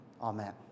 Amen